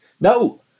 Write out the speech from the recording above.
no